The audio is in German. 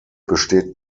besteht